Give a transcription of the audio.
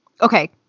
Okay